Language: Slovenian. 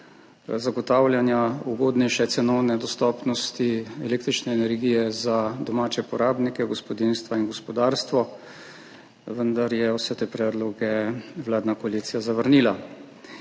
zagotavljanja ugodnejše cenovne dostopnosti električne energije za domače porabnike, gospodinjstva in gospodarstvo, vendar je vse te predloge vladna koalicija zavrnila.